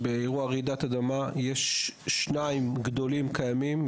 באירוע רעידת אדמה יש שניים גדולים קיימים,